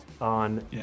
on